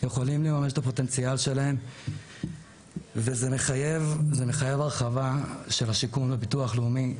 לכן זה מחייב הרחבה של השיקום והביטוח הלאומי,